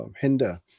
hinder